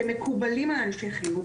שמקובלים על אנשי חינוך,